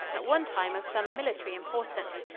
at one time of some military importance.